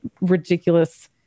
ridiculous